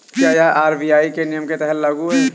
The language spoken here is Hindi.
क्या यह आर.बी.आई के नियम के तहत लागू है?